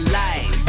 life